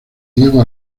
diego